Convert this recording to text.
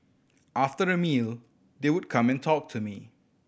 after a meal they would come and talk to me